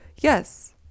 yes